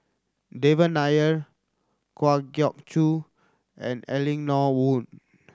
Devan Nair Kwa Geok Choo and Eleanor Wong